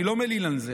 אני לא מלין על זה.